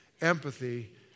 empathy